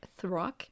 Throck